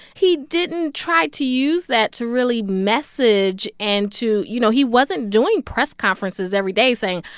he didn't try to use that to really message and to you know, he wasn't doing press conferences every day saying,